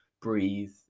breathe